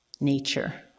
nature